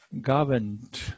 governed